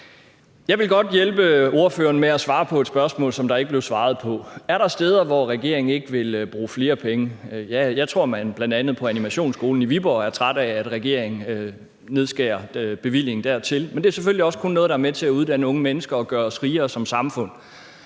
Jeg vil godt hjælpe ordføreren med at svare på et spørgsmål, som der ikke blev svaret på: Er der steder, hvor regeringen ikke vil bruge flere penge? Ja, jeg tror, man bl.a. på Animationsskolen i Viborg er trætte af, at regeringen nedskærer bevillingen dertil, men det er selvfølgelig også kun noget, der er med til at uddanne unge mennesker og gøre os rigere som samfund.